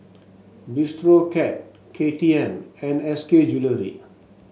Bistro Cat K T M and S K Jewellery